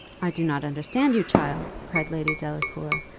i do not understand you, child, cried lady delacour,